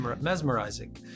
mesmerizing